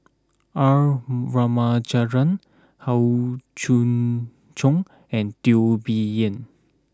R Ramachandran Howe Yoon Chong and Teo Bee Yen